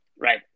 right